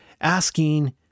asking